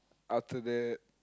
after that